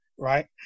right